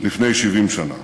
לפני 70 שנה.